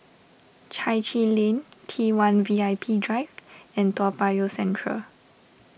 Chai Chee Lane T one V I P Drive and Toa Payoh Central